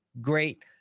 great